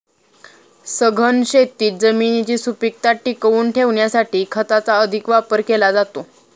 सघन शेतीत जमिनीची सुपीकता टिकवून ठेवण्यासाठी खताचा अधिक वापर केला जातो